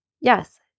Yes